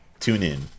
TuneIn